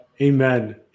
amen